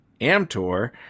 Amtor